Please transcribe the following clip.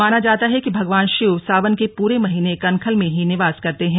माना जाता है कि भगवान शिव सावन के पूरे महीने कनखल में ही निवास करते हैं